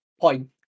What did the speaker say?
Point